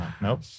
Nope